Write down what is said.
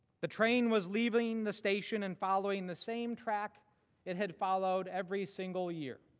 the train was leaving the station and following the same track it had followed every single year.